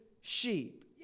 sheep